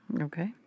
Okay